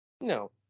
No